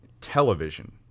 television